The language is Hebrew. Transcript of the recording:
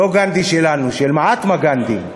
לא גנדי שלנו, מהטמה גנדי.